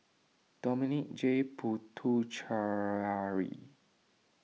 Dominic J Puthucheary